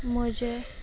म्हजें